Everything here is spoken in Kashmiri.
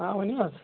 آ ؤنِو حظ